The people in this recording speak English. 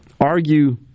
argue